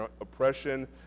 oppression